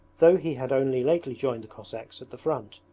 though he had only lately joined the cossacks at the front,